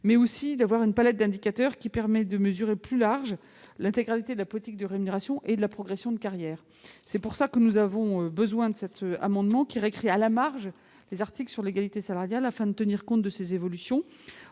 aussi d'avoir une palette d'indicateurs permettant de mesurer plus largement l'intégralité de la politique de rémunération et de la progression de carrière. Tel est l'objet de cet amendement, qui vise à réécrire à la marge les articles sur l'égalité salariale, afin de tenir compte de ces évolutions.